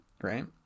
right